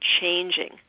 changing